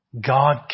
God